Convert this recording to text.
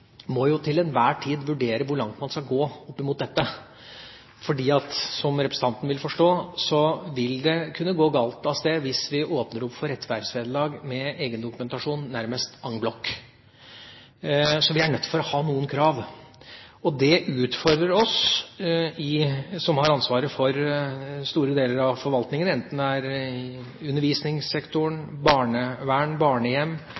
må til enhver tid vurdere hvor langt man skal gå opp mot dette, for, som representanten vil forstå, vil det kunne gå galt av sted hvis vi åpner opp for rettferdsvederlag med egendokumentasjon nærmest en bloc. Så vi er nødt til å ha noen krav. Det utfordrer oss som har ansvaret for store deler av forvaltningen, enten det er i undervisningssektoren, barnevern, barnehjem